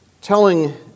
telling